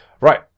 Right